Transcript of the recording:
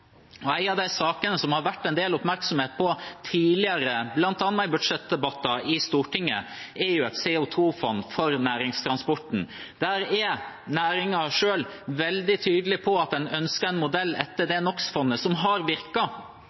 klimaproblemene. En av de sakene som det har vært en del oppmerksomhet på tidligere, bl.a. i budsjettdebatter i Stortinget, er et CO 2 -fond for næringstransporten. Der er næringen selv veldig tydelig på at en ønsker en modell etter det NO x -fondet som har